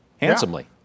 handsomely